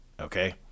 Okay